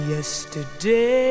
Yesterday